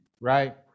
right